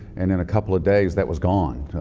and in a couple of days, that was gone.